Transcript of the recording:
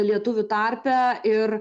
lietuvių tarpe ir